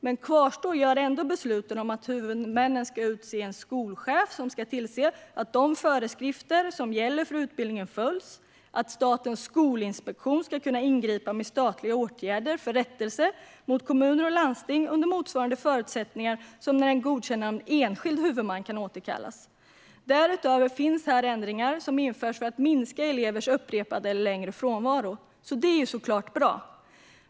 Men kvarstår gör ändå besluten om att huvudmännen ska utse en skolchef som ska tillse att de föreskrifter som gäller för utbildningen följs och att Skolinspektionen ska kunna ingripa med statliga åtgärder och rättelse mot kommuner och landsting under motsvarande förutsättningar som när ett godkännande av en enskild huvudman återkallas. Därutöver finns här ändringar som införs för att minska elevers upprepade längre frånvaro, och det är såklart bra.